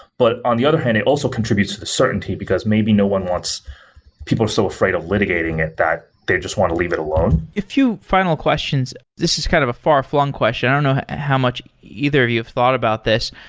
but on the other hand it also contributes to the certainty, because maybe no one wants people are so afraid of litigating it, that they just want to leave it alone. a few final questions. this is kind of a far-flung question. i don't know how much either of you have thought about this.